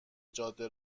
جاده